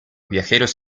viajeros